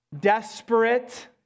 desperate